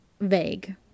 vague